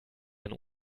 ein